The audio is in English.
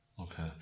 okay